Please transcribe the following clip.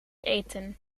eten